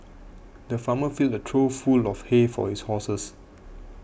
the farmer filled a trough full of hay for his horses